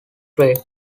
grade